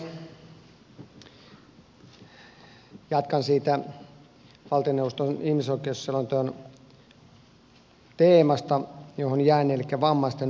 jatkan siitä valtioneuvoston ihmisoikeusselonteon teemasta johon jäin elikkä vammaisten oikeuksista